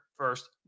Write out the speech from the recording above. First